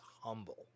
humble